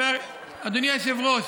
אדוני היושב-ראש,